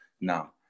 now